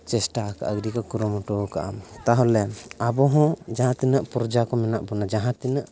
ᱪᱮᱥᱴᱟ ᱦᱟᱠᱟᱫᱼᱟ ᱟᱹᱰᱤ ᱠᱚ ᱠᱩᱨᱩᱢᱩᱴᱩᱣᱟᱠᱟᱫᱼᱟ ᱛᱟᱦᱚᱞᱮ ᱟᱵᱚᱦᱚᱸ ᱡᱟᱦᱟᱸ ᱛᱤᱱᱟᱹᱜ ᱯᱚᱨᱡᱟ ᱠᱚ ᱢᱮᱱᱟᱜ ᱵᱚᱱᱟ ᱡᱟᱦᱟᱸ ᱛᱤᱱᱟᱹᱜ